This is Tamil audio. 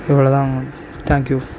இவ்வளோ தான் தேங்க்யூ